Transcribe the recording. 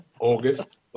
August